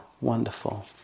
wonderful